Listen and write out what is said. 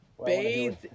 bathed